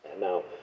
Now